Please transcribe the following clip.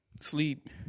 sleep